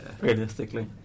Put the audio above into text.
Realistically